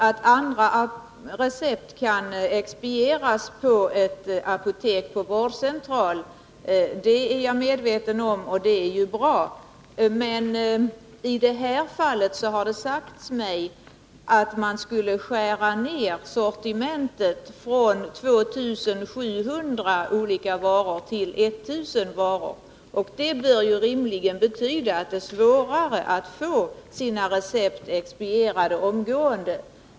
Att recept kan expedieras på ett apotek på vårdcentral är jag medveten om, och det är bra. Men i det här fallet har det sagts mig att man skulle skära ned sortimentet från 2 700 olika varor till 1000 varor. Det bör rimligen betyda att det blir svårare att få sina recept expedierade omedelbart.